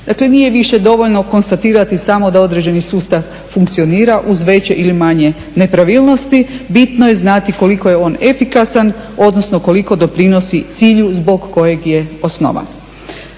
Dakle, nije više dovoljno konstatirati samo da određeni sustav funkcionira uz veće ili manje nepravilnosti. Bitno je znati koliko je on efikasan, odnosno koliko doprinosi cilju zbog kojeg je osnovan.